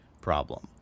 problem